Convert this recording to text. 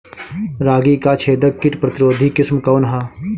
रागी क छेदक किट प्रतिरोधी किस्म कौन ह?